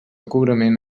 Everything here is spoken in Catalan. cobrament